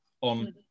on